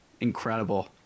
incredible